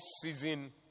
season